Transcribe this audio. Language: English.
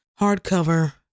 Hardcover